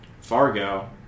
Fargo